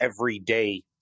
everyday